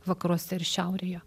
vakaruose ir šiaurėje